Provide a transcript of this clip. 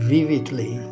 Vividly